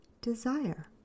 desire